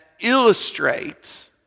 illustrate